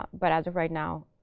but as of right now,